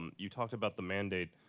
um you talked about the mandate.